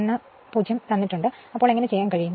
10 നൽകിയിട്ടുണ്ട് അതിനാൽ ഇത് എങ്ങനെ ചെയ്യാൻ കഴിയും